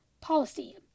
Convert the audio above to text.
policy